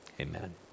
Amen